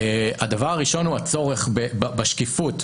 הדבר הראשון הוא הצורך בשקיפות,